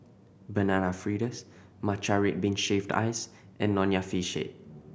Banana Fritters matcha red bean shaved ice and Nonya Fish Head